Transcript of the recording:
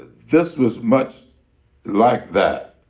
this was much like that.